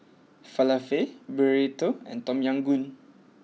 Falafel Burrito and Tom Yam Goong